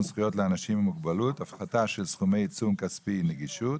זכויות לאנשים עם מוגבלות (הפחתה של סכומי עיצום כספי נגישות)